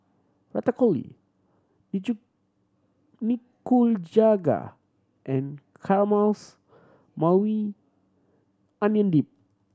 Ratatouille Nikujaga and Caramelized Maui Onion Dip